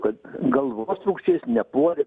kad galvotrūkčiais nepuolė